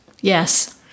Yes